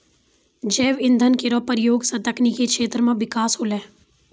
जैव इंधन केरो प्रयोग सँ तकनीकी क्षेत्र म बिकास होलै